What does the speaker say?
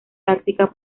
táctica